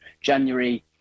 January